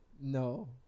no